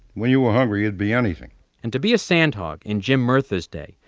when you were hungry, you'd be anything and to be a sandhog in jim murtha's day,